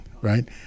right